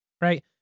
right